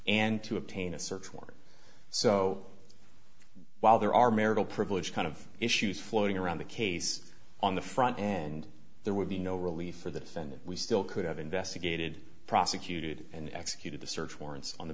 and to obtain a search warrant so while there are marital privilege kind of issues floating around the case on the front end there would be no relief for that and we still could have investigated prosecuted and executed the search warrants on the